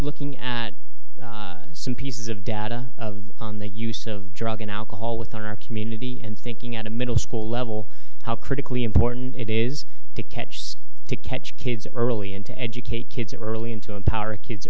looking at some pieces of data on the use of drug and alcohol within our community and thinking at a middle school level how critically important it is to catch to catch kids early and to educate kids early and to empower kids